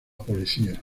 policía